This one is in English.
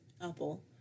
apple